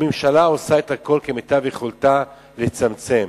הממשלה עושה את הכול, כמיטב יכולתה, לצמצם.